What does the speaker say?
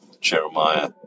Jeremiah